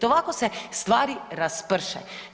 Ovako se stvari rasprše.